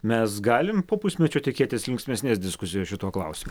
mes galim po pusmečio tikėtis linksmesnės diskusijos šituo klausimu